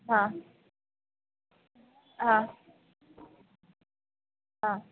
ಹಾಂ ಹಾಂ ಹಾಂ